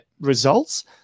results